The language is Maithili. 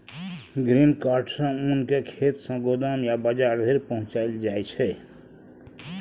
ग्रेन कार्ट सँ ओन केँ खेत सँ गोदाम या बजार धरि पहुँचाएल जाइ छै